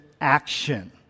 action